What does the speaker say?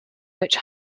which